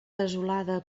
desolada